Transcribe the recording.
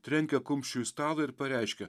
trenkia kumščiu į stalą ir pareiškia